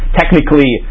technically